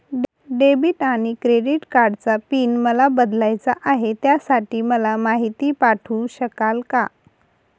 Debit आणि credit कार्डचा PIN मला बदलायचा आहे, त्यासाठी मला माहिती पाठवू शकाल का?